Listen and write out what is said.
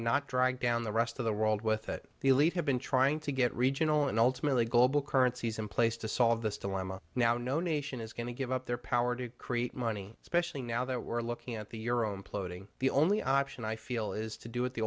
not drag down the rest of the world with it the elite have been trying to get regional and ultimately global currencies in place to solve this dilemma now no nation is going to give up their power to create money especially now that we're looking at the euro imploding the only option i feel is to do it the